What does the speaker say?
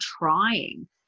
trying